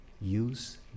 use